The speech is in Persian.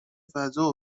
فضا